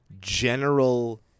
general